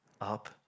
up